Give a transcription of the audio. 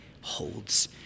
holds